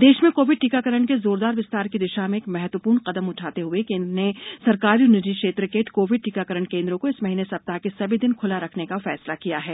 देश में कोविड टीकाकरण के जोरदार विस्तार की दिशा में एक महत्वपूर्ण कदम उठाते हए केन्द्र ने सरकारी और निजी क्षेत्र के कोविड टीकाकरण केंदों को इस महीने सप्ताह के सभी दिन ख्ला रखने का फैसला किया है